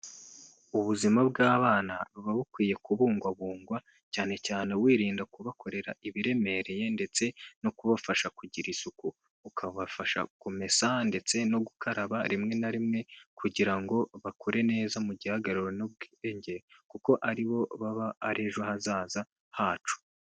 Ubuzima bw'abana buba bukwiye kubungwabungwa, cyane cyane wirinda kubakorera ibiremereye ndetse no kubafasha kugira isuku ukabafasha kumesa, ndetse no gukaraba rimwe na rimwe, kugira ngo bakure neza mu gihagararo no mu bwenge, kuko ari bo baba ari ejo hazaza hacu.